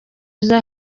uza